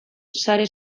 sare